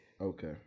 Okay